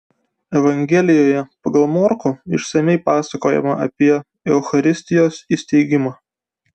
evangelijoje pagal morkų išsamiai pasakojama apie eucharistijos įsteigimą